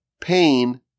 pain